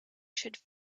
should